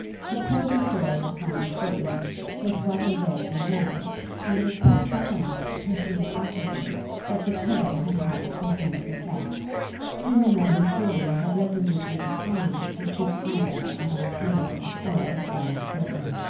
she told the story of florence burton with what result we know and was quite sharp enough to perceive afterwards that the tale had had its intended effect even though her julie had resolutely declined to speak either of harry clavering or of florence burton.